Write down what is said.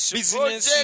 business